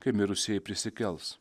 kai mirusieji prisikels